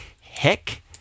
Heck